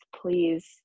please